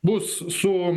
bus su